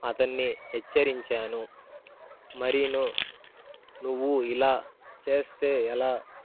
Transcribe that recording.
అతన్ని హెచ్చరించాను మరినూ నువ్వు ఇలా చేస్తే ఎలా